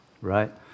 right